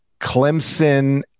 Clemson